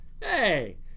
hey